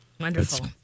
Wonderful